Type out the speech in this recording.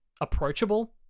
approachable